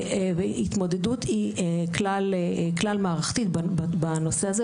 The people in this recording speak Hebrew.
היא התמודדות כלל מערכתית בנושא הזה,